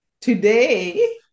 today